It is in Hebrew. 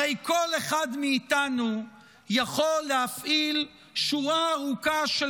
הרי כל אחד מאיתנו יכול להפעיל שורה ארוכה של